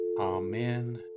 Amen